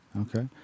okay